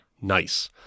Nice